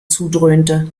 zudröhnte